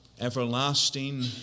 everlasting